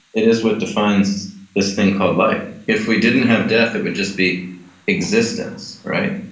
it is what defines this thing called life. if we didn't have death, it would just be existence. right?